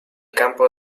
campo